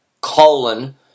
colon